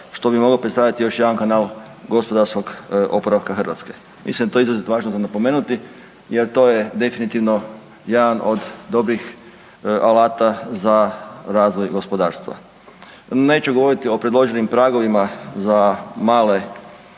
što bi moglo predstavljati još jedan kanal gospodarskog oporavka Hrvatske. Mislim da je to izrazito važno napomenuti jer to je definitivno jedan od dobrih alata za razvoj gospodarstva. Neću govoriti o predloženim pragovima i za male